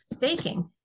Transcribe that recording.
Baking